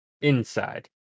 inside